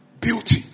beauty